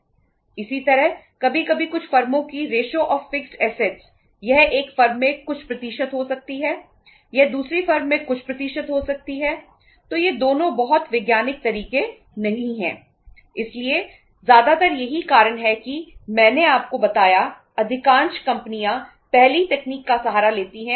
इसी तरह कभी कभी कुछ फर्मों की रेश्यो ऑफ फिक्स्ड असेट्स क्या है